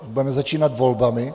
Budeme začínat volbami.